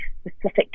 specific